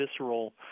visceral